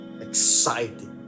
exciting